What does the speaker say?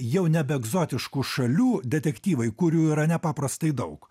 jau nebe egzotiškų šalių detektyvai kurių yra nepaprastai daug